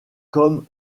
comme